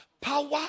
Power